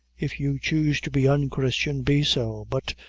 if you choose to be unchristian, be so but,